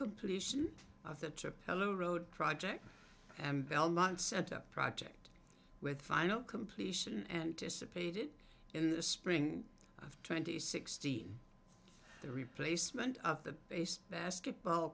completion of the trip helo road project and belmont center project with final completion anticipated in the spring of twenty sixteen the replacement of the base basketball